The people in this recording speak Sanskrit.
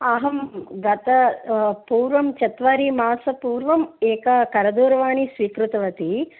अहं गत पूर्वं चत्वारिमासपूर्वं एकं करदूरवाणी स्वीकृतवती